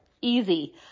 Easy